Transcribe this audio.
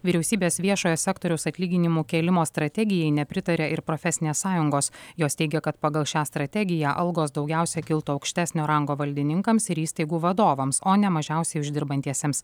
vyriausybės viešojo sektoriaus atlyginimų kėlimo strategijai nepritarė ir profesinės sąjungos jos teigia kad pagal šią strategiją algos daugiausia kiltų aukštesnio rango valdininkams ir įstaigų vadovams o ne mažiausiai uždirbantiesiems